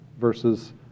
versus